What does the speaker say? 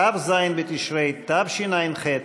ט"ז בתשרי תשע"ח,